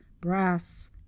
brass